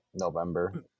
November